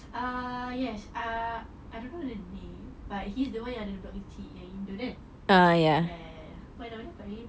ah yes ah I don't know the name but he's the one yang ada budak kecil yang indian kan ya ya ya apa nama dia